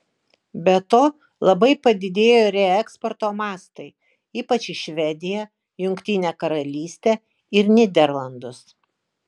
be to labai padidėjo reeksporto mastai ypač į švediją jungtinę karalystę ir nyderlandus